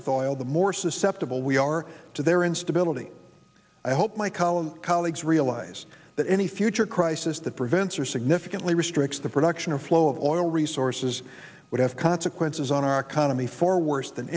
with oil the more susceptible we are to their instability i hope my column colleagues realize that any future crisis that prevents or significantly restricts the production of flow of oil resources would have consequences on our economy for worse than